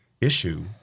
issue